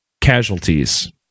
casualties